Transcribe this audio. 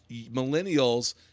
millennials